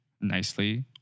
nicely